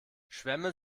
schwämme